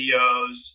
videos